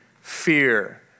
fear